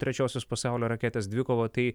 trečiosios pasaulio raketės dvikova tai